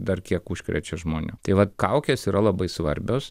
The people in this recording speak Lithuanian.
dar kiek užkrečia žmonių tai vat kaukės yra labai svarbios